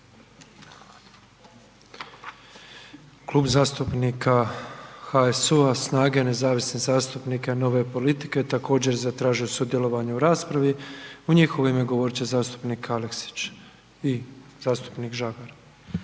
Klub zastupnika HSU-a, SNAGE, nezavisnih zastupnika i Nove politike također zatražio sudjelovanje u raspravi. U njihovo ime govorit će zastupnik Aleksić i zastupnik Žagar.